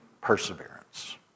perseverance